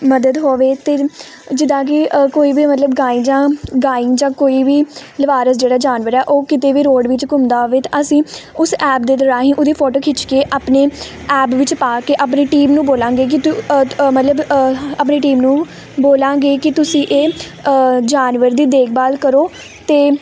ਮਦਦ ਹੋਵੇ ਅਤੇ ਜਿੱਦਾਂ ਕਿ ਕੋਈ ਵੀ ਮਤਲਬ ਗਾਈਂ ਜਾਂ ਗਾਈਂ ਜਾਂ ਕੋਈ ਵੀ ਲਵਾਰਸ ਜਿਹੜਾ ਜਾਨਵਰ ਆ ਉਹ ਕਿਤੇ ਵੀ ਰੋਡ ਵਿੱਚ ਘੁੰਮਦਾ ਹੋਵੇ ਤਾਂ ਅਸੀਂ ਉਸ ਐਪ ਦੇ ਰਾਹੀਂ ਉਹਦੀ ਫੋਟੋ ਖਿੱਚ ਕੇ ਆਪਣੇ ਐਪ ਵਿੱਚ ਪਾ ਕੇ ਆਪਣੀ ਟੀਮ ਨੂੰ ਬੋਲਾਂਗੇ ਕਿ ਤੂੰ ਅ ਅ ਮਤਲਬ ਆਪਣੀ ਟੀਮ ਨੂੰ ਬੋਲਾਂਗੇ ਕਿ ਤੁਸੀਂ ਇਹ ਜਾਨਵਰ ਦੀ ਦੇਖਭਾਲ ਕਰੋ ਅਤੇ